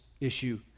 issue